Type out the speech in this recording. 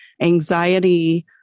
anxiety